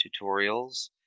tutorials